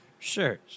Sure